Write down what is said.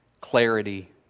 clarity